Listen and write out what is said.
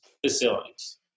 Facilities